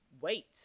wait